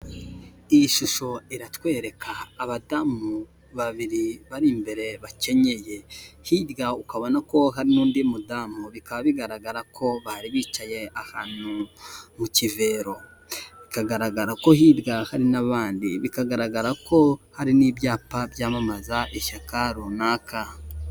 Iyi shusho iratwereka abadamu babiri bari imbere bakenyeye, hirya ukabona ko hari n'undi mudamu bikaba bigaragara ko bari bicaye ahantu ku kivero, bikagaragara ko hirya hari n'abandi, bikagaragara ko hari n'ibyapa byamamaza ishyaka runaka.